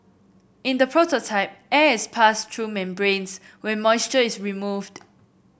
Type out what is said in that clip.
in the prototype air is passed through membranes where moisture is removed